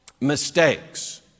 mistakes